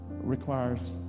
requires